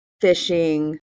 fishing